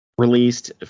Released